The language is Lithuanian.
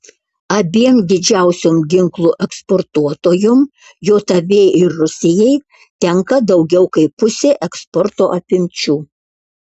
abiem didžiausiom ginklų eksportuotojom jav ir rusijai tenka daugiau kaip pusė eksporto apimčių